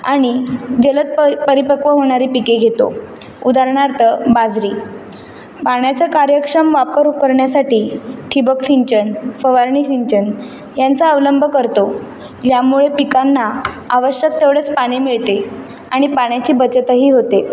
आणि जलद प परिपक्व होणारे पिके घेतो उदारणार्त बाजरी पाण्याचा कार्यक्षम वापर करण्यासाठी ठिबक सिंचन फवारणी सिंचन यांचा अवलंब करतो यामुळे पिकांना आवश्यक तेवढेच पाणी मिळते आणि पाण्याची बचतही होते